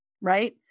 right